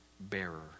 bearer